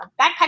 backpack